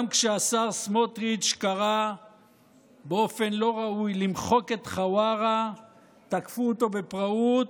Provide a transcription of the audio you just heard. גם כשהשר סמוטריץ' קרא באופן לא ראוי למחוק את חווארה תקפו אותו בפראות,